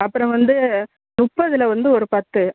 அப்புறம் வந்து முப்பதுல வந்து ஒரு பத்து